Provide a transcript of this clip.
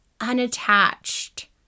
unattached